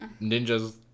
ninjas